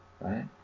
right